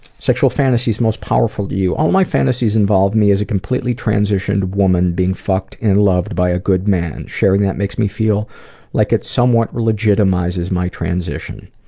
sexual fantasies most powerful to you. all my fantasies involve me as a completely transitioned women being fucked and loved by a good man. sharing that makes me feel like it somewhat legitimizes my transition.